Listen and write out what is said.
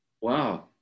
wow